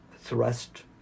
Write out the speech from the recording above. thrust